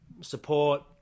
support